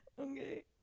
Okay